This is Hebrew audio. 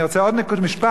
אני רוצה עוד משפט.